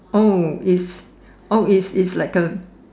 oh is oh is is like a